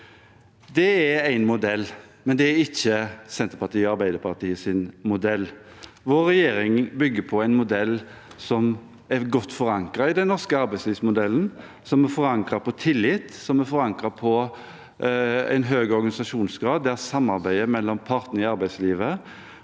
Det er én modell, men det er ikke Senterpartiets og Arbeiderpartiets modell. Vår regjering bygger på en modell som er godt forankret i den norske arbeidslivsmodellen, i tillit og i høy organisasjonsgrad, der samarbeidet mellom partene i arbeidslivet